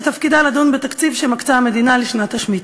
שתפקידה לדון בתקציב שמקצה המדינה לשנת השמיטה.